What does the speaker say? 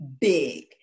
big